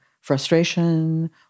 frustration